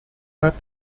hat